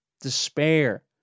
Despair